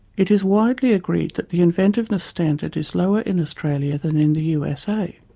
it is widely agreed that the inventiveness standard is lower in australia than in the usa.